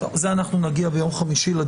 לזה נגיע ביום חמישי.